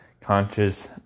conscious